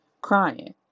crying